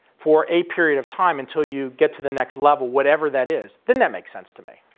for a period of time until you get to the next level, whatever that is. then that makes sense to me.